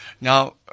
Now